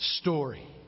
story